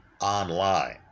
online